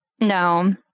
No